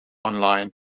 online